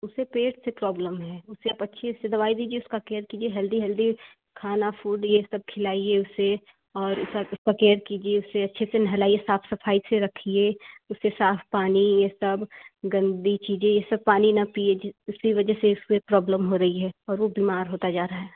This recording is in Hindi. उसे पेट से प्रॉब्लम है उसे आप अच्छे से दवाई दीजिए उसका केयर कीजिए हेल्दी हेल्दी खाना फ़ूड ये सब खिलाइए उसे और उसका उसका केयर कीजिए उसे अच्छे से नहलाइए साफ़ सफ़ाई से रखिए उसे साफ़ पानी ये सब गंदी चीज़ें ये सब पानी ना पीए जि उसी वजह से ये सब प्रॉब्लम हो रही है और वो बीमार होता जा रहा है